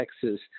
Texas